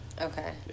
Okay